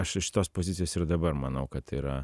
aš iš tos pozicijos ir dabar manau kad tai yra